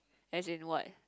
as in what